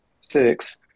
Six